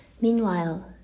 Meanwhile